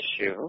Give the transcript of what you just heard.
issue